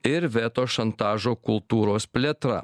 ir veto šantažo kultūros plėtra